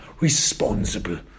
responsible